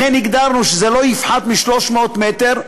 לכן הגדרנו שזה לא יפחת מ-300 מ"ר.